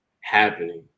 happening